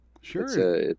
Sure